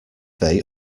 they